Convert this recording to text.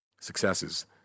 successes